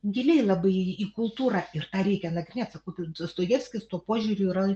giliai labai į į kultūrą ir ar reikia nagrinėt sakau tai dostojevskis tuo požiūriu yra